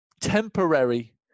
temporary